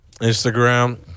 Instagram